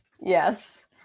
yes